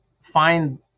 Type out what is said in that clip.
find